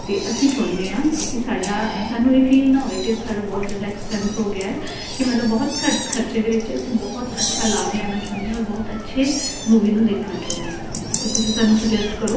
ਅਤੇ ਅਸੀਂ ਚਾਹੁੰਦੇ ਹਾਂ ਕਿ ਸਾਡਾ ਸਾਨੂੰ ਇਹ ਫੀਲ ਨਾ ਹੋਵੇ ਕਿ ਸਾਡਾ ਬਹੁਤ ਜ਼ਿਆਦਾ ਐਕਸਪੈਂਸ ਹੋ ਗਿਆ ਹੈ ਕਿ ਮਤਲਬ ਬਹੁਤ ਘੱਟ ਖਰਚੇ ਦੇ ਵਿੱਚ ਅਸੀਂ ਬਹੁਤ ਅੱਛਾ ਲਾਭ ਲੈਣਾ ਚਾਹੁੰਦੇ ਔਰ ਬਹੁਤ ਅੱਛੇ ਮੂਵੀ ਨੂੰ ਦੇਖਣਾ ਚਾਹੁੰਦੇ ਹਾਂ ਅਤੇ ਤੁਸੀਂ ਸਾਨੂੰ ਸੁਜੈਸਟ ਕਰੋ